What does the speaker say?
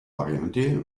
variante